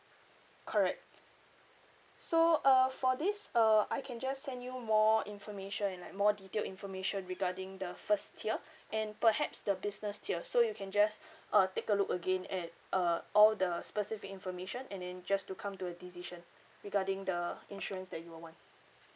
correct so uh for this uh I can just send you more information like more detailed information regarding the first tier and perhaps the business tier so you can just uh take a look again at uh all the specific information and then just to come to a decision regarding the insurance that you would want